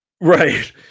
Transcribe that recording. Right